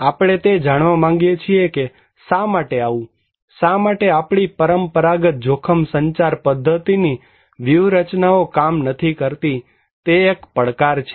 આપણે તે જાણવા માંગીએ છીએ કે આવું શા માટે શા માટે આપણી પરંપરાગત જોખમ સંચાર પદ્ધતિની વ્યૂહરચનાઓ કામ નથી કરતી તે એક પડકાર છે